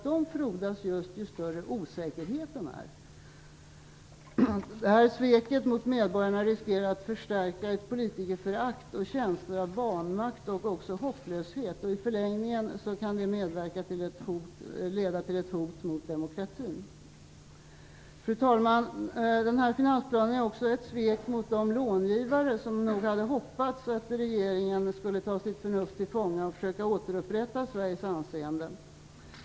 De frodas mer ju större osäkerheten är. Sveket mot medborgarna riskerar att förstärka ett politikerförakt och känslor av vanmakt och hopplöshet. I förlängningen kan det leda till ett hot mot demokratin. Fru talman! Finansplanen är också ett svek mot de långivare som nog hade hoppats att regeringen skulle ta sitt förnuft till fånga och försöka återupprätta Sveriges anseende.